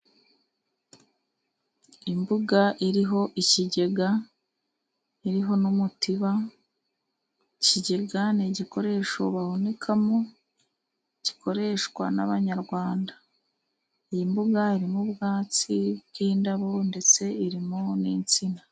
Imbuga iriho ikigega, iriho n'umutiba, ikigega n'igikoresho bahunikamo gikoreshwa n'Abanyarwanda, iyi mbuga irimo ubwatsi bw'indabo, ndetse irimo n'insina.